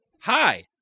Hi